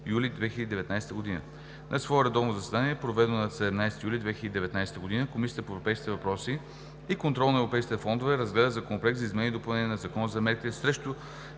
юли 2019 г. На свое редовно заседание, проведено на 17 юли 2019 г., Комисията по европейските въпроси и контрол на европейските фондове разгледа Законопроект за изменение и допълнение на Закона за мерките срещу